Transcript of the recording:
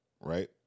right